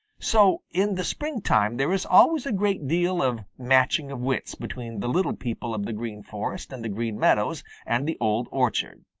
so in the springtime there is always a great deal of matching of wits between the little people of the green forest and the green meadows and the old orchard.